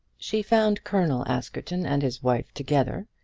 she found colonel askerton and his wife together,